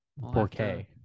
4K